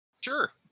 Sure